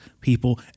people